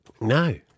No